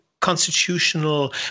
constitutional